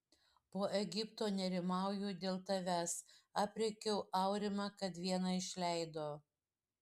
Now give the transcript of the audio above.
po egipto nerimauju dėl tavęs aprėkiau aurimą kad vieną išleido